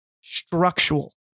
structural